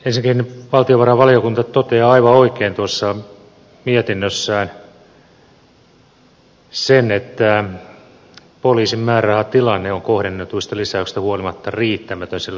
ensinnäkin valtiovarainvaliokunta toteaa aivan oikein tuossa mietinnössään sen että poliisin määrärahatilanne on kohdennetuista lisäyksistä huolimatta riittämätön sille osoitettujen tehtävien hoitamiseen